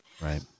Right